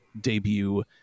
debut